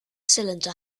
cylinder